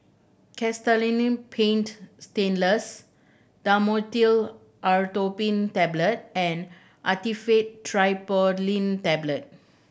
Castellanin Paint Stainless Dhamotil Atropine Tablet and Actifed Triprolidine Tablet